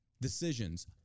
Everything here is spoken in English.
Decisions